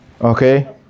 Okay